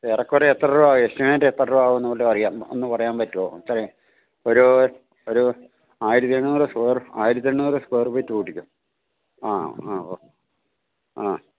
ഏറെക്കുറേ എത്ര രൂപാ എസ്റ്റിമേറ്റ് എത്ര രൂപാ ആവുമെന്നു വല്ലതും അറിന് ഒന്ന് പറയാന് പറ്റുമോ എത്ര ഒരു ഒരു ആയിരത്തി എണ്ണൂറ് സ്ക്വയർ ആയിരത്തി എണ്ണൂറ് സ്ക്വയർ ഫീറ്റ് കൂട്ടിക്കോളൂ ആ ആ ഓക്കെ ആ